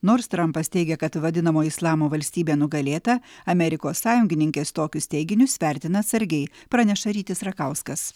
nors trampas teigia kad vadinamoji islamo valstybė nugalėta amerikos sąjungininkės tokius teiginius vertina atsargiai praneša rytis rakauskas